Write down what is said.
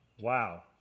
Wow